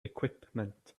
equipment